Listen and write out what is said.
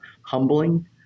Humbling